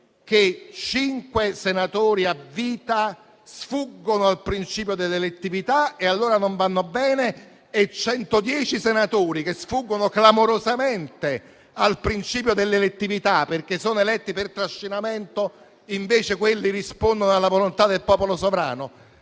che cinque senatori a vita sfuggono al principio dell'elettività e allora non vanno bene, mentre 110 senatori, che sfuggono clamorosamente al principio dell'elettività, perché sono eletti per trascinamento, rispondono alla volontà del popolo sovrano?